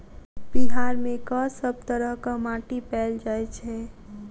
बिहार मे कऽ सब तरहक माटि पैल जाय छै?